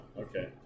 okay